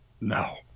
No